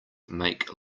make